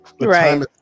right